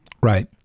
Right